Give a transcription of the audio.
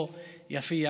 לא יפיע,